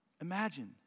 Imagine